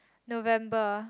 November